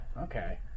okay